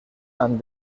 han